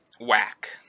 whack